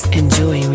enjoy